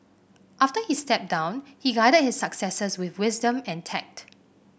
after he stepped down he guided his successors with wisdom and tact